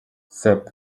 sep